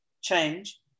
change